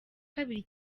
kabiri